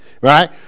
right